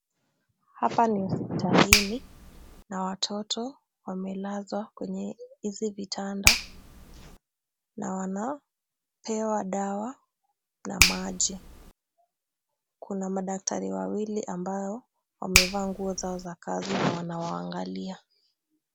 Hapa ni hospitalini na watoto wamelazwa kwenye hizi vitanda na wanapewa dawa na maji. Kuna madaktari wawili ambao wamevaa nguo zao za kazi na wanawaangalia.